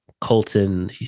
Colton